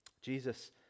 Jesus